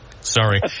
Sorry